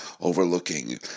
overlooking